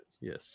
Yes